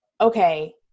Okay